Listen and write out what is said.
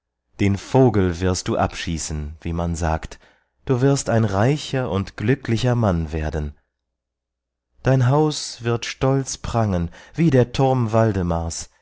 den vogel wirst du abschießen wie man sagt du wirst ein reicher und glücklicher mann werden dein haus wird stolz prangen wie der turm waldemars